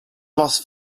las